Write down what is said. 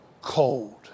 cold